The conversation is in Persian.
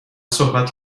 صحبت